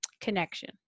connection